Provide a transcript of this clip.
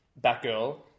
Batgirl